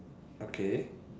okay